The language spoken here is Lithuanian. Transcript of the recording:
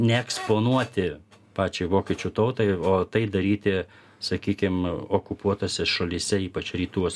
neeksponuoti pačiai vokiečių tautai o tai daryti sakykim okupuotose šalyse ypač rytuos